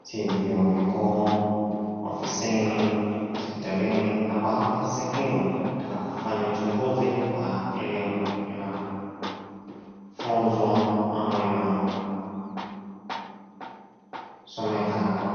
si vyuo vikuu, ofisini, hospitalini na baadhi ya sehemu inataka kufanya uchunguzi wa elimu ina funzwa ama ina someka kwa